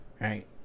right